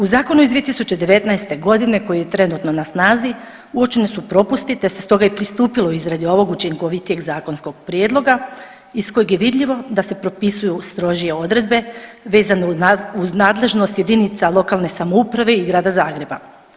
U Zakonu iz 2019. g. koji je trenutno na snazi, učinjeni su propusti te se stoga i pristupilo izradi ovog učinkovitijeg zakonskog prijedloga iz kojeg je vidljivo da se propisuju strožije odredbe vezano uz nadležnost jedinica lokalne samouprave i Grada Zagreba.